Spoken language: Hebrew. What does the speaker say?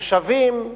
התושבים,